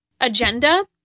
agenda